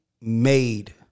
made